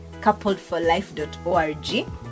coupledforlife.org